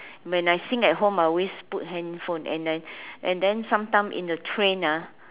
when I sing at home I always put handphone and then and then sometimes in the train ah